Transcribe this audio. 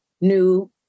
new